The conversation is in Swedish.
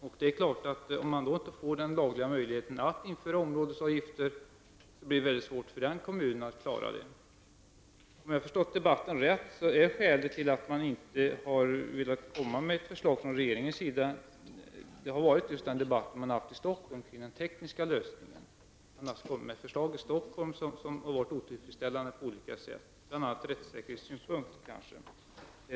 Om man då inte får den lagliga möjligheten att införa områdesavgiften är det självklart att det blir mycket svårt för kommunen att klara av detta. Om jag har förstått debatten rätt är skälet till att regeringen inte har velat komma med ett förslag den debatt som förts i Stockholm om den tekniska lösningen. Man har i Stockholm kommit med förslag som varit otillfredsställande på olika sätt, bl.a. ur rättssäkerhetssynpunkt.